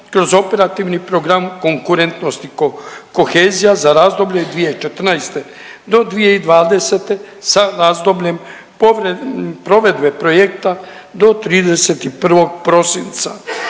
kroz Operativni program konkurentnosti i kohezija za razdoblje 2014. do 2020. sa razdobljem provedbe projekta do 31. prosinca